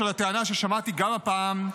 על הטענה ששמעתי גם הפעם,